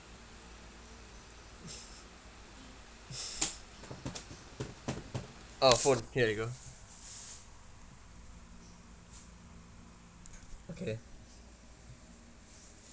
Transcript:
oh phone here you go okay